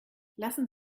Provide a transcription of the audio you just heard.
lassen